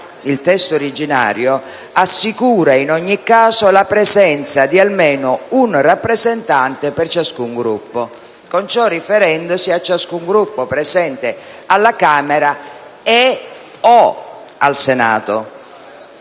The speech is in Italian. disegno di legge assicura in ogni caso la presenza di almeno un rappresentante per ciascun Gruppo, con ciò riferendosi a ciascun Gruppo presente alla Camera e/o al Senato.